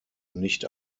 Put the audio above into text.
nicht